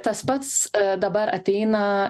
tas pats dabar ateina